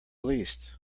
least